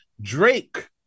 Drake